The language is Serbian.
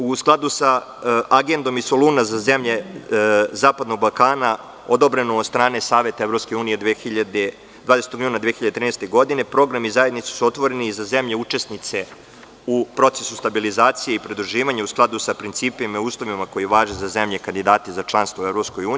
U skladu sa agendom iz Soluna za zemlje zapadnog Balkana, odobreno od strane Saveta EU 20. juna 2013. godine, program i zajednica su otvoreni za zemlje učesnice u procesu stabilizacije i pridruživanja u skladu sa principima i uslovima koji važe za zemlje kandidate za članstvo u EU.